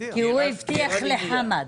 כי הוא הבטיח לחמד.